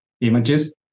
images